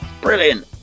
Brilliant